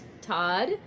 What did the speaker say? todd